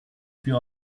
più